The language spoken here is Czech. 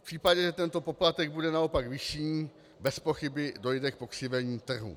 V případě, že tento poplatek bude naopak vyšší, bezpochyby dojde k pokřivení trhu.